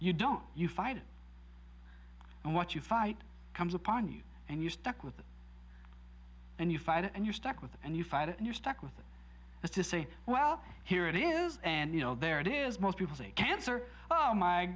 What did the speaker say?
you don't you fight it and what you fight comes upon you and you're stuck with it and you fight it and you're stuck with and you fight it and you're stuck with it as to say well here it is and you know there it is most people cancer oh my